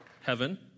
heaven